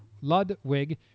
Ludwig